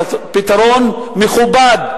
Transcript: פתרון מכובד,